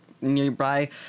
nearby